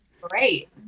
Great